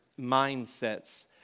mindsets